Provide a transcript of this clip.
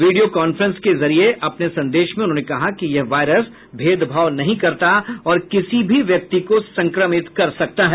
video conference के जरिए अपने संदेश में उन्होंने कहा कि यह वायरस भेदभाव नहीं करता और किसी भी व्यक्ति को संक्रमित कर सकता है